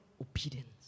obedience